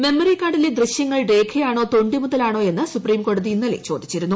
memory കാർഡിലെ ദൃശ്യങ്ങൾ രേഖയാണോ തൊണ്ടിമുതലാണോ എന്ന് സുപ്രീംകോടതി ഇന്നലെ ചോദിച്ചിരുന്നു